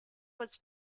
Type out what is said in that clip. was